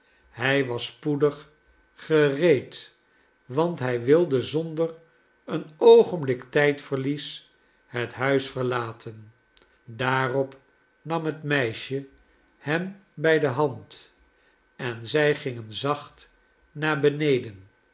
hij was spoedig gereed want hij wilde zonder een oogenblik tijdverlies het huis verlaten daarop nam het meisje hem bij de hand en zij gingen zacht naar beneden